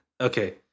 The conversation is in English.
Okay